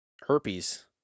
herpes